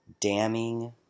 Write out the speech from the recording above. damning